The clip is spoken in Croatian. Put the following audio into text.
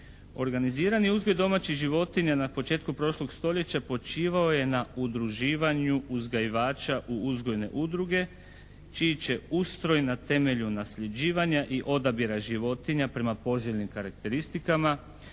Organizirani uzgoj domaćih životinja na početku prošlog stoljeća počivao je na udruživanju uzgajivača u uzgojne udruge čiji će ustroj na temelju nasljeđivanja i odabira životinja prema poželjnim karakteristikama